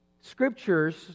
scriptures